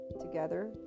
together